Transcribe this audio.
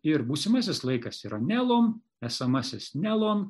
ir būsimasis laikas yra nelom esamasis nelon